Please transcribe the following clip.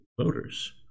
voters